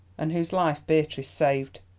and whose life beatrice saved.